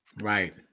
Right